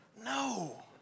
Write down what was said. No